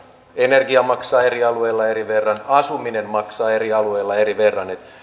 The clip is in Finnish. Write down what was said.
energia maksaa eri alueilla eri verran asuminen maksaa eri alueille eri verran